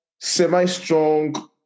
semi-strong